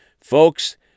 Folks